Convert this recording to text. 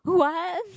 what